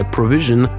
Provision